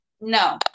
No